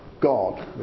God